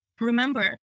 remember